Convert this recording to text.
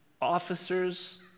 officers